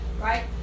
right